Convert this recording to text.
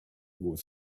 was